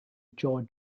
jaw